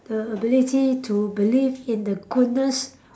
the ability to believe in the goodness